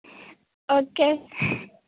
okay